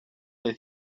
they